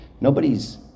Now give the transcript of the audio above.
nobody's